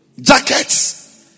Jackets